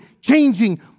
changing